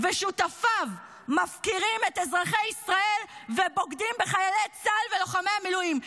ושותפיו מפקירים את אזרחי ישראל ובוגדים בחיילי צה"ל ובלוחמי המילואים.